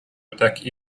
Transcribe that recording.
attack